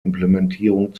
implementierung